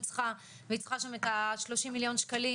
צריכה והיא צריכה שם את ה-30 מיליון שקלים,